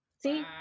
See